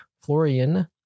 Florian